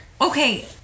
okay